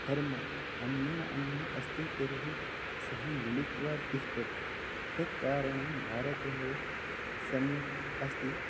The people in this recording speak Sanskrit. धर्मः अन्यः अन्यः अस्ति तर्हि सः मिलित्वा तिष्ठति तत्कारणेन भारते सम्यक् अस्ति